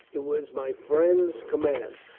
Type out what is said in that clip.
it was my friend's com mand.